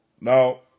Now